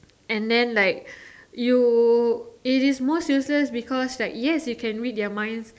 and then like you it is most useless because like yes you can read their minds